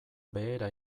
behera